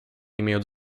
имеют